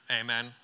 Amen